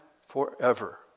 forever